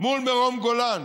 מול מרום גולן,